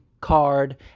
card